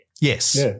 Yes